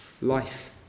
life